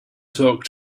talk